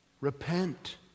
Repent